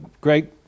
great